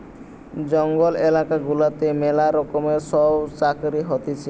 জঙ্গল এলাকা গুলাতে ম্যালা রকমের সব চাকরি হতিছে